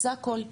זה הכל.